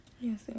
Yes